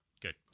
Good